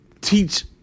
teach